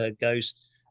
goes